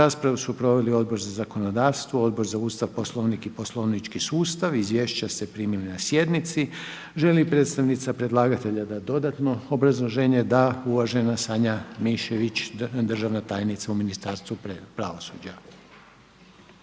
Raspravu su proveli Odbor za zakonodavstvo, Odbor za Ustav, Poslovnik i poslovnički sustav. Izvješća ste primili na sjednici. Želi li predstavnica predlagatelja da dodatno obrazloženje? Da. Uvažena Sanja MIšević, državna tajnica u Ministarstvu pravosuđa.